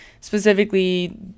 Specifically